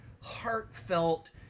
heartfelt